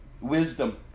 wisdom